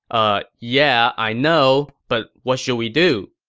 ah yeah, i know. but what should we do?